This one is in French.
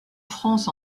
france